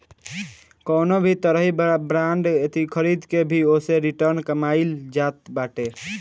कवनो भी तरही बांड खरीद के भी ओसे रिटर्न कमाईल जात बाटे